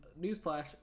Newsflash